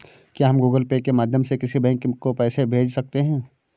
क्या हम Google pay के माध्यम से किसी बैंक को पैसे भेज सकते हैं?